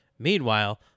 Meanwhile